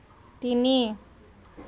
তিনি